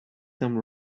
some